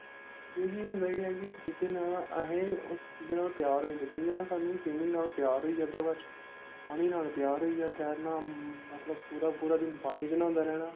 क्योंकि होंदा एह् ऐ कि जिस चीजै कन्नै असें अस चीज कन्नै प्यार होई जंदा जियां सानूं फिल्में नाल प्यार होई जंदा बाद च पानी नाल प्यार होई गेआ तैरना मतलब पूरा पूरा दिन पानी च न्हांदे रौह्ना